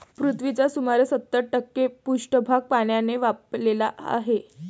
पृथ्वीचा सुमारे सत्तर टक्के पृष्ठभाग पाण्याने व्यापलेला आहे